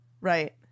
Right